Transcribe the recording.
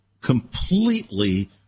completely